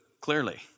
clearly